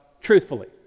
truthfully